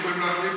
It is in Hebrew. היינו ערים